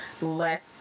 let